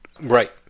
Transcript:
right